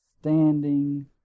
standing